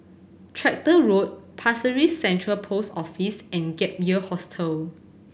Tractor Road Pasir Ris Central Post Office and Gap Year Hostel